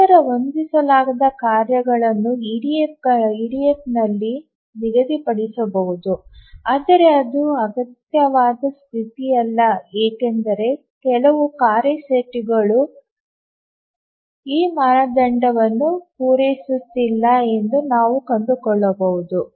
ನಂತರ ಹೊಂದಿಸಲಾದ ಕಾರ್ಯಗಳನ್ನು ಇಡಿಎಫ್ನಲ್ಲಿ ನಿಗದಿಪಡಿಸಬಹುದು ಆದರೆ ಅದು ಅಗತ್ಯವಾದ ಸ್ಥಿತಿಯಲ್ಲ ಏಕೆಂದರೆ ಕೆಲವು ಕಾರ್ಯ ಸೆಟ್ಗಳು ಈ ಮಾನದಂಡವನ್ನು ಪೂರೈಸುತ್ತಿಲ್ಲ ಎಂದು ನಾವು ಕಂಡುಕೊಳ್ಳಬಹುದು